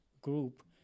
group